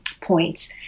points